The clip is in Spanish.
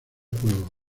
juego